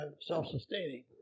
self-sustaining